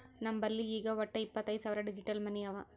ನಮ್ ಬಲ್ಲಿ ಈಗ್ ವಟ್ಟ ಇಪ್ಪತೈದ್ ಸಾವಿರ್ ಡಿಜಿಟಲ್ ಮನಿ ಅವಾ